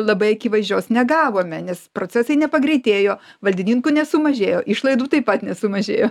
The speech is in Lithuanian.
labai akivaizdžios negavome nes procesai nepagreitėjo valdininkų nesumažėjo išlaidų taip pat nesumažėjo